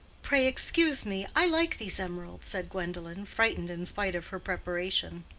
pray excuse me i like these emeralds, said gwendolen, frightened in spite of her preparation.